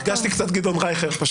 הרגשתי קצת כמו גדעון רייכר.